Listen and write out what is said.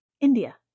India